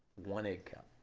one egg cup?